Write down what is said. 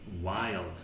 wild